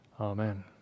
Amen